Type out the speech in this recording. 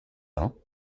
ans